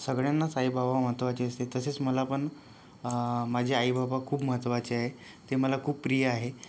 सगळ्यांनाच आई बाबा महत्त्वाचे असते तसेच मला पण माझे आईबाबा खूप महत्त्वाचे आहे ते मला खूप प्रिय आहे